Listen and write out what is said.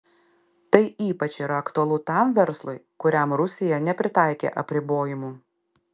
tai ypač yra aktualu tam verslui kuriam rusija nepritaikė apribojimų